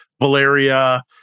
Valeria